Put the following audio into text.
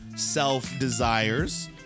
self-desires